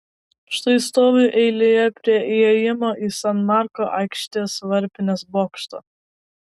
štai stoviu eilėje prie įėjimo į san marko aikštės varpinės bokštą